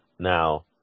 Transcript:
Now